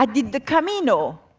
ah did the camino,